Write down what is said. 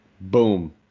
Boom